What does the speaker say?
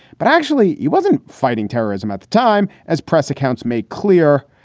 but actually he wasn't fighting terrorism at the time. as press accounts make clear,